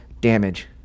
damage